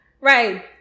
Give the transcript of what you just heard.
right